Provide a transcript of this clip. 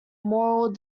moral